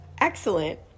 excellent